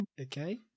Okay